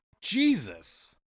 Jesus